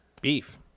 beef